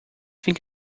think